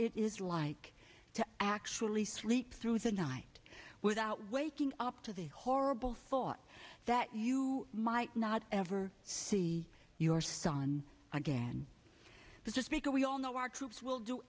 you like to actually sleep through the night without waking up to the horrible thought that you might not ever see your son again but just because we all know our troops will do